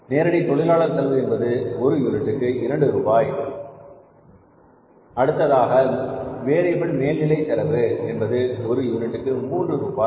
நேரடி தொழிலாளர் செலவு என்பது ஒரு யூனிட்டிற்கு 2 ரூபாய் அடுத்ததாக வேரியபில் மேல் நிலை செலவு என்பது ஒரு யூனிட்டிற்கு மூன்று ரூபாய்